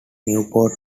newport